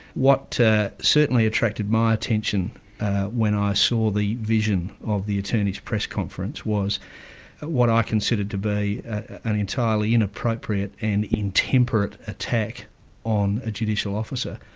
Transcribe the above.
what certainly attracted my attention when i saw the vision of the attorney's press conference was what i consider to be an entirely inappropriate and intemperate attack on a judicial officer.